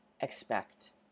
expect